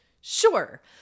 Sure